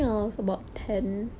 orh is there anything else